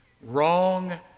Wrong